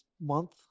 month